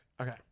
Okay